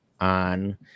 on